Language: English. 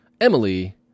Emily